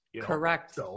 Correct